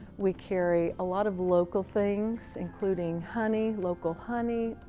we carry a lot of local things, including honey, local honey,